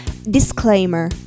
Disclaimer